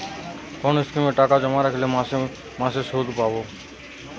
কোন স্কিমে টাকা জমা রাখলে মাসে মাসে সুদ পাব?